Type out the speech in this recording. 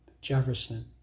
Jefferson